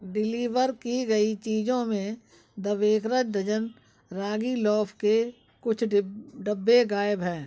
deliver कि गयी चीज़ों में the baker's dozen ragi loaf के कुछ डिब डब्बे गायब हैं